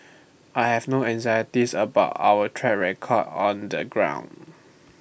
I have no anxieties about our track record on the ground